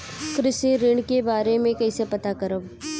कृषि ऋण के बारे मे कइसे पता करब?